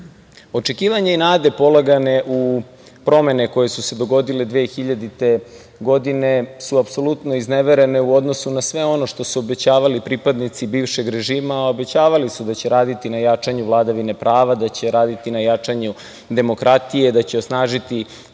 Srbije. Očekivanje i nada polagane u promene koje su se dogodile 2000. godine, su apsolutno izneverene u odnosu na sve ono što su obećavali pripadnici bivšeg režima, a obećavali su da će raditi na jačanju vladavine prava, da će raditi na jačanju demokratije, da će osnažiti